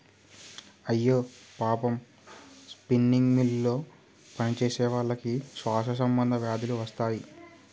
అయ్యో పాపం స్పిన్నింగ్ మిల్లులో పనిచేసేవాళ్ళకి శ్వాస సంబంధ వ్యాధులు వస్తాయి